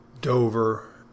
Dover